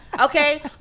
Okay